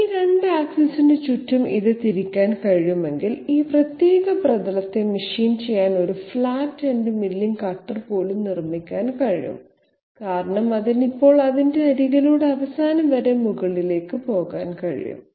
ഈ 2 ആക്സിസിന് ചുറ്റും ഇത് തിരിക്കാൻ കഴിയുമെങ്കിൽ ഈ പ്രത്യേക പ്രതലത്തെ മെഷീൻ ചെയ്യാൻ ഒരു ഫ്ലാറ്റ് എൻഡ് മില്ലിംഗ് കട്ടർ പോലും നിർമ്മിക്കാൻ കഴിയും കാരണം അതിന് ഇപ്പോൾ അതിന്റെ അരികിലൂടെ അവസാനം വരെ മുകളിലേക്ക് പോകാൻ കഴിയും